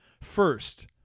First